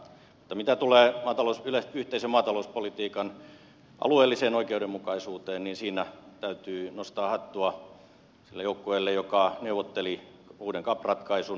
mutta mitä tulee yhteisen maatalouspolitiikan alueelliseen oikeudenmukaisuuteen niin siinä täytyy nostaa hattua sille joukkueelle joka neuvotteli uuden cap ratkaisun